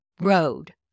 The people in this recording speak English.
road